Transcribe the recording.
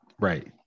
right